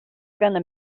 gonna